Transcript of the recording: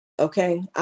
Okay